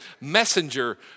messenger